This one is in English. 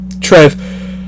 Trev